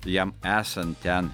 jam esant ten